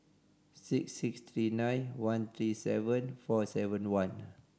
six six three nine one three seven four seven one